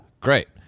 Great